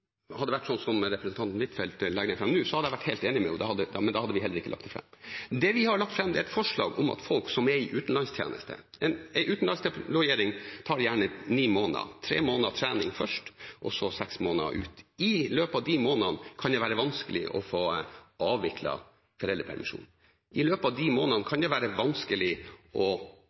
hadde det vært sånn som representanten Huitfeldt legger det fram nå – hadde jeg vært helt enig med henne, men da hadde vi heller ikke lagt det fram. Det vi har lagt fram, er et forslag som omhandler folk i utenlandstjeneste. En utenlandsdeployering tar gjerne ni måneder – tre måneder trening først og så seks måneder ut. I løpet av de månedene kan det være vanskelig å få avviklet foreldrepermisjon. I løpet av de månedene kan det være vanskelig å